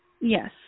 Yes